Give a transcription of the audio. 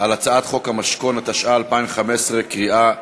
על הצעת חוק המשכון, התשע"ה 2015, בקריאה ראשונה.